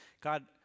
God